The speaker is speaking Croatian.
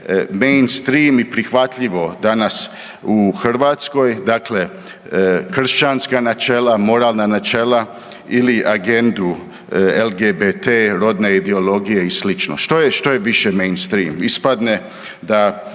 mainstream i prihvatljivo danas u Hrvatskoj, dakle kršćanska načela, moralna načela ili agendu LGBT, rodne ideologije i slično. Što je više mainstream? Ispadne da